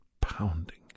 pounding